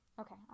Okay